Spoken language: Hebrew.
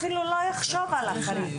אפילו לא יחשוב על החריג,